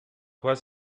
was